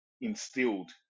instilled